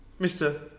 Mr